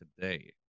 today